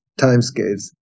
timescales